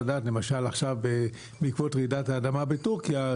בעקבות רעידת האדמה בטורקיה,